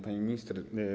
Pani Minister!